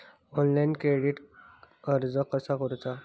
Online क्रेडिटाक अर्ज कसा करुचा?